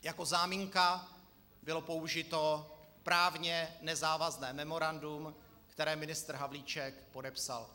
Jako záminka bylo použito právně nezávazné memorandum, které ministr Havlíček podepsal.